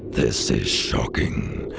this is shocking,